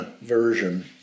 version